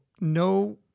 no